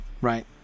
right